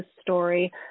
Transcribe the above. story